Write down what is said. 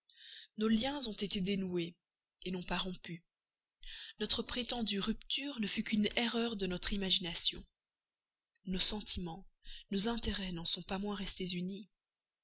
nos liens ont été dénoués non pas rompus notre prétendue rupture ne fut qu'une erreur de notre imagination nos sentiments nos intérêts n'en sont pas moins restés unis